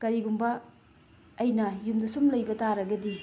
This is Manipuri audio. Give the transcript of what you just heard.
ꯀꯔꯤꯒꯨꯝꯕ ꯑꯩꯅ ꯌꯨꯝꯗ ꯁꯨꯝ ꯂꯩꯕ ꯇꯥꯔꯒꯗꯤ